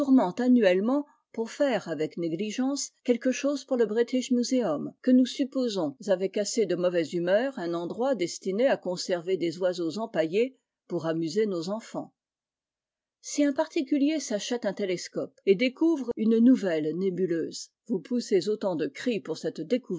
annuellement pour faire avec négligence quelque chose pour le british museum que nous supposons avec assez de mauvaise humeur un endroit destiné à conserver des oiseaux empaillés pour amuser nos enfants si un particulier s'achète un télescope et découvre une nouvelle nébuleuse vous poussez autant de cris pour cette